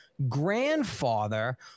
grandfather